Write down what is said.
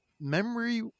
Memory